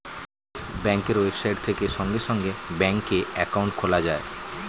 ব্যাঙ্কের ওয়েবসাইট থেকে সঙ্গে সঙ্গে ব্যাঙ্কে অ্যাকাউন্ট খোলা যায়